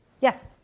Yes